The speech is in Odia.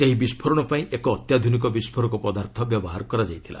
ସେହି ବିସ୍କୋରଣ ପାଇଁ ଏକ ଅତ୍ୟାଧୁନିକ ବିସ୍ଫୋରକ ପଦାର୍ଥ ବ୍ୟବହାର କରାଯାଇଥିଲା